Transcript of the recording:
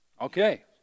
Okay